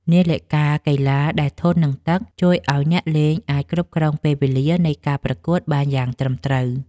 នាឡិកាកីឡាដែលធន់នឹងទឹក ជួយឱ្យអ្នកលេងអាចគ្រប់គ្រងពេលវេលានៃការប្រកួតបានយ៉ាងត្រឹមត្រូវ។